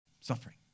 Suffering